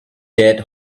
dead